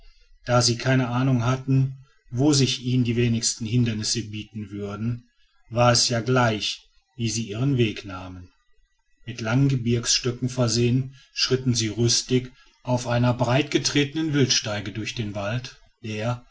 da sie keine ahnung hatten wo sich ihnen die wenigsten hindernisse bieten würden war es ja gleich wie sie ihren weg nahmen mit langen gebirgsstöcken versehen schritten sie rüstig auf einem breitgetretenen wildsteige durch den wald der